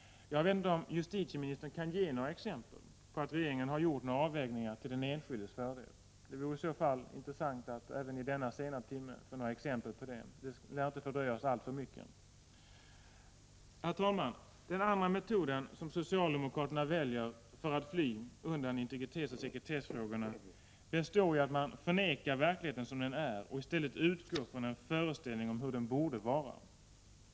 Jag vet inte om justitieministern kan ge något exempel på att regeringen har gjort några avvägningar till den enskildes fördel. Det vore intressant att, även i denna sena timme, få några sådana exempel. Herr talman! Den andra metoden som socialdemokraterna väljer för att fly undan integritetsoch sekretessfrågorna består i att man förnekar verkligheten som den är och i stället utgår från en föreställning om hur den borde vara.